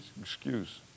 excuse